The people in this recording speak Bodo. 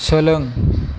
सोलों